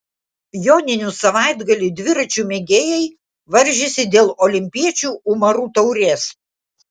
joninių savaitgalį dviračių mėgėjai varžėsi dėl olimpiečių umarų taurės